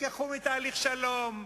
תשכחו מתהליך שלום,